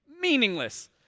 meaningless